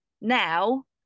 now